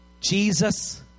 Jesus